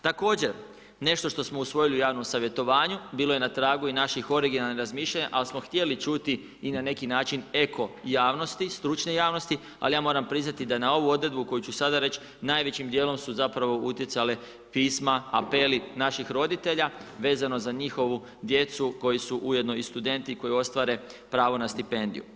Također, nešto što smo usvojili u javnom savjetovanju, bilo je na tragu i naših originalnih razmišljanja, ali smo htjeli i na neki način, eko javnosti, stručne javnosti, ali ja moram priznati, da na ovu odredbu, koju sada reći, najvećim dijelom su zapravo utjecale pisama, apeli, naših roditelja, vezano za njihovu djecu, koji su ujedno i studenti, koji ostvare pravo na stipendiju.